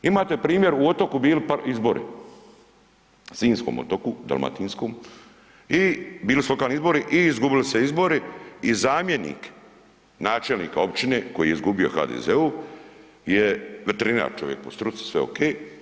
Imate primjer u Otoku bili par izbori, sinjskom Otoku, dalmatinskom i bili su lokalni izbori i izgubili se izbori i zamjenik načelnika općine koji je izgubio u HDZ-u je veterinar čovjek po struci, sve okej.